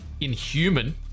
inhuman